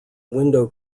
window